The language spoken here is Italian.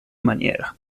maniera